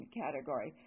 category